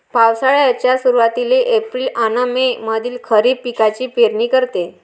पावसाळ्याच्या सुरुवातीले एप्रिल अन मे मंधी खरीप पिकाची पेरनी करते